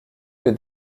que